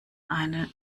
eine